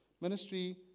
Ministry